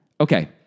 Okay